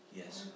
yes